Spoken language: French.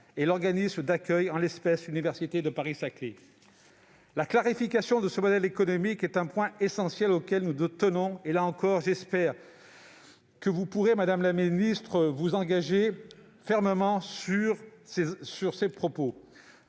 et l'organisme d'accueil, en l'espèce l'université Paris-Saclay. La clarification de ce modèle économique est un point essentiel auquel nous tenons ; là encore, j'espère que vous pourrez, madame la ministre, vous engager fermement sur ce point.